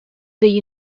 the